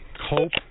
hope